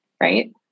right